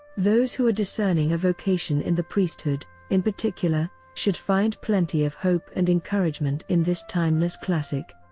those who are discerning a vocation in the priesthood, in particular, should find plenty of hope and encouragement in this timeless classic.